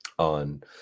on